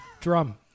drum